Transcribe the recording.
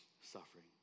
suffering